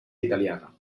italiana